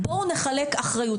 בואו נחלק אחריות.